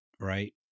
right